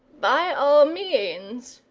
by all means,